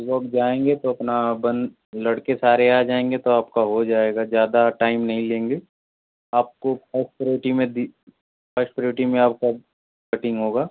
जब जाएँगे तो अपना बन लड़के सारे आ जाएँगे तो आपका हो जाएगा जादा टाइम नहीं लेंगे आपको फस्ट प्रेयोटी में दी फस्ट प्रेयोटी में आपका कटिंग होगा